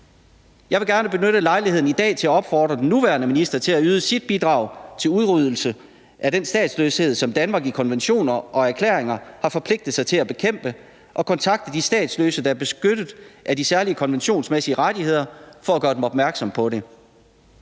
Jeg vil gerne benytte lejligheden i dag til at opfordre den nuværende minister til at yde sit bidrag til udryddelse af den statsløshed, som Danmark i konventioner og erklæringer har forpligtet sig til at bekæmpe, og kontakte de statsløse, der er beskyttet af de særlige konventionsmæssige rettigheder, for at gøre dem opmærksom på det.